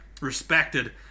respected